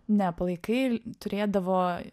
ne palaikai turėdavo